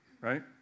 right